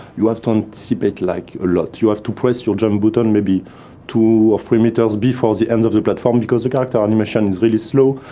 you have to anticipate, like, a lot. you have to press your jump button maybe two or three meters before the end of the platform, because the character animation is really slow,